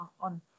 on